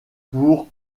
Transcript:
pour